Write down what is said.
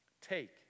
Take